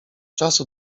czasu